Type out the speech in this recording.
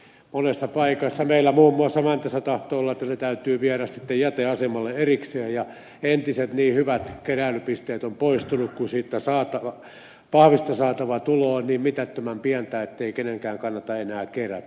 monessa paikassa muun muassa meillä mäntässä tahtoo olla että ne täytyy viedä jäteasemalle erikseen entiset niin hyvät keräilypisteet ovat poistuneet kun pahvista saatava tulo on niin mitättömän pientä ettei kenenkään kannata enää kerätä